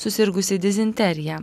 susirgusi dizenterija